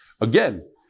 again